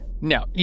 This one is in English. No